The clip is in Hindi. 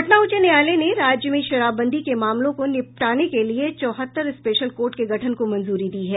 पटना उच्च न्यायालय ने राज्य में शराबबंदी के मामलों को निपटने के लिए चौहत्तर स्पेशल कोर्ट के गठन को मंजूरी दी है